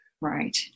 right